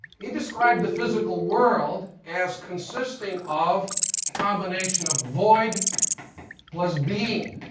he described the physical world as consisting of a combination of void plus being.